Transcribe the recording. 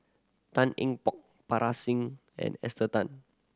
Tan Eng Bock Parga Singh and Esther Tan